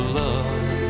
love